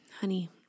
honey